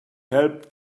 helped